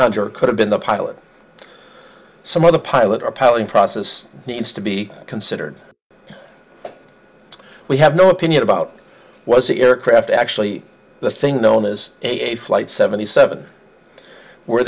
hunter could have been the pilot or some other pilot appalling process needs to be considered we have no opinion about was the aircraft actually the thing known as a flight seventy seven were